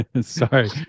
Sorry